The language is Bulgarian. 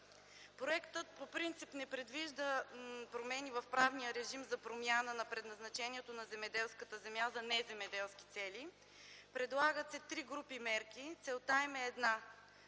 Проектът по принцип не предвижда промени в правния режим за промяна на предназначението на земеделската земя за неземеделски цели. Предлагат се три групи мерки. Целта им е една